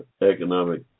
economic